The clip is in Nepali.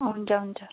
हुन्छ हुन्छ